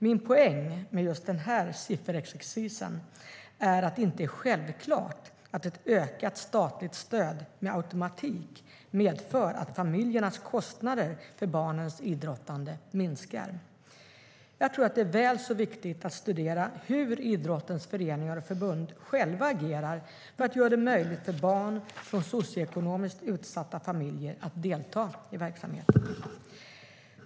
Min poäng med just denna sifferexercis är att det inte är självklart att ett ökat statligt stöd med automatik medför att familjernas kostnader för barnens idrottande minskar. Jag tror att det är väl så viktigt att studera hur idrottens föreningar och förbund själva agerar för att göra det möjligt för barn från socioekonomiskt utsatta familjer att delta i verksamheten.